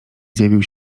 zjawił